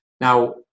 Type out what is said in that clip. Now